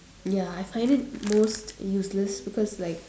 ya I find it most useless because like